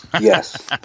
Yes